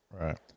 Right